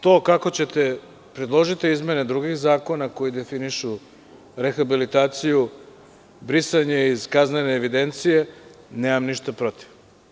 To kako ćete predložiti izmene drugih zakona koji definišu rehabilitaciju i brisanje iz kaznene evidencije, nemam ništa protiv.